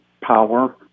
power